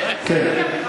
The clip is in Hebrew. כן, כן.